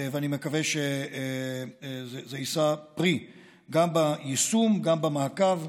ואני מקווה שזה יישא פרי גם ביישום וגם במעקב.